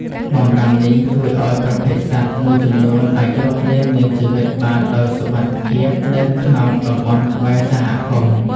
បម្រាមនេះជួយឱ្យប្រភេទសត្វមួយចំនួនអាចរស់រានមានជីវិតបានដោយសុវត្ថិភាពនៅក្នុងតំបន់ក្បែរសហគមន៍។